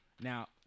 Now